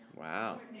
Wow